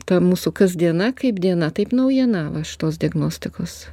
ta mūsų kasdiena kaip diena taip naujiena va šitos diagnostikos